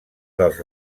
dels